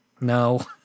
No